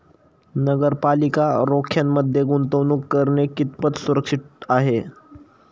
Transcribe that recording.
नगरपालिका रोख्यांमध्ये गुंतवणूक करणे कितपत सुरक्षित आहे?